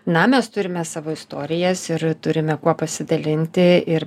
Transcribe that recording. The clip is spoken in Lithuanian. na mes turime savo istorijas ir turime kuo pasidalinti ir